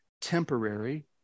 temporary